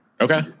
Okay